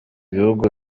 ibihugu